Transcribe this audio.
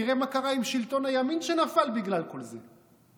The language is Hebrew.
תראה מה קרה עם שלטון הימין, שנפל בגלל כל זה.